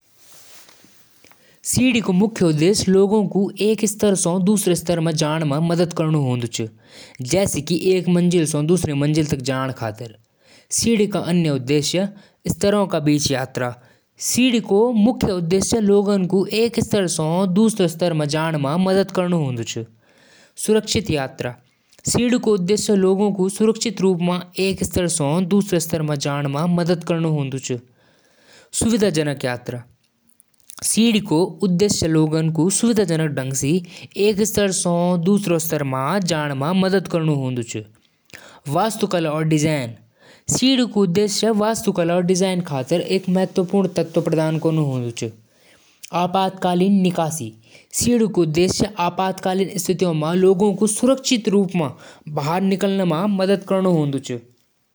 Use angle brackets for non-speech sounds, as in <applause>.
<noise> जिरेटर एक ठंडी मशीन होली। यो अंदर रखी चीज ठंडी और ताजी राखदी। मशीन म गैस होली जैं स गर्मी बाहर निकल जालु और ठंड अंदर आ जालु। खाना खराब ना होलु।